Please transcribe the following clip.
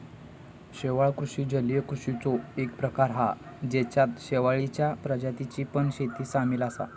शेवाळ कृषि जलीय कृषिचो एक प्रकार हा जेच्यात शेवाळींच्या प्रजातींची पण शेती सामील असा